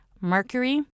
Mercury